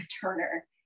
Turner